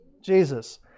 Jesus